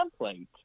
template